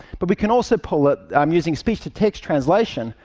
but we can also pull up, um using speech-to-text translation,